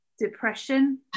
depression